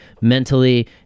mentally